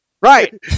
right